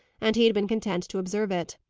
and he had been content to observe it.